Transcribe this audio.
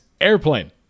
Airplane